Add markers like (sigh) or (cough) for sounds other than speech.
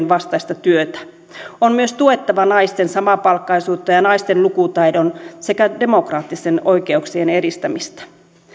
(unintelligible) vastaista työtä on myös tuettava naisten samapalkkaisuutta ja naisten lukutaidon sekä demokraattisten oikeuksien edistämistä